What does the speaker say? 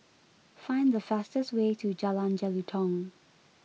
find the fastest way to Jalan Jelutong